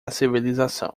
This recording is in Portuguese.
civilização